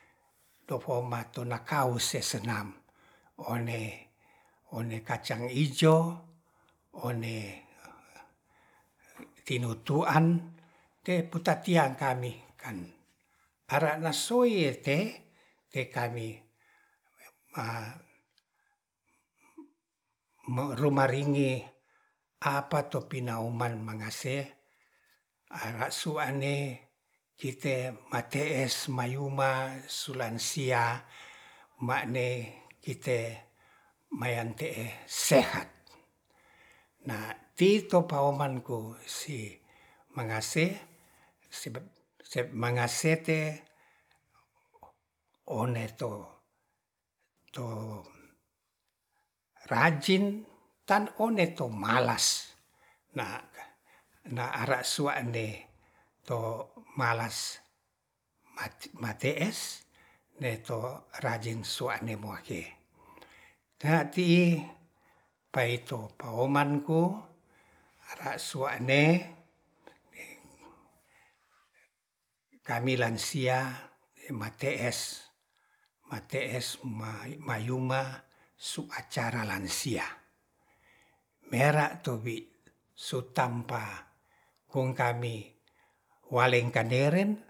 Dofoma tona kaos se senam one kacang ijo one tinutuan te putatian kami kan ara nasui e te kami maruma ringi apato pinaoman mangase ara sua'ne kite mate'es mayuma sulansia ma'ne kite mayan te'e sehat na tipaoman ku si mangase mangase te one to ro rajid kan one to malas na ara sua'ne to malas mate'es neto rajin sua'ne mohe tati paito paoman ko ara sua'ne kami ransia mate'es mate'es mayuma su acara lansia mera tobi' so tampa kong kami waleng kaneren